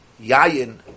Yayin